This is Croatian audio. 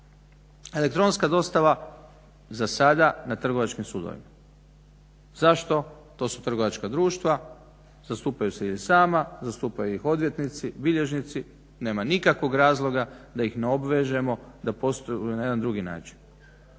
Elektronska dostava zasada na trgovačkim sudovima. Zašto? To su trgovačka društva, zastupaju se i sama, zastupaju ih odvjetnici, bilježnici, nema nikakvog razloga da ih ne obvežemo da posluju na jedan drugi način.